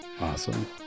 Awesome